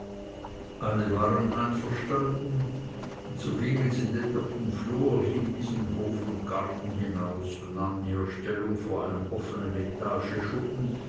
alle waren einverstanden und so gingen sie denn durch den flur bis in hof und garten hinaus und nahmen hier stellung vor einem offenen